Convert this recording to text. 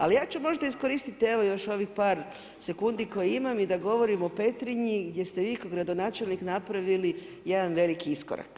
Ali ja ću možda iskoristiti još ovih par sekundi koje imam i da govorim o Petrinji i gdje se ste vi kao gradonačelnik napravili jedan veliki iskorak.